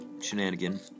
shenanigan